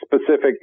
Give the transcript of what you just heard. specific